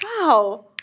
wow